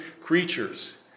creatures